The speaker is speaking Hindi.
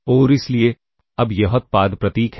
और इसलिए अब यह उत्पाद प्रतीक है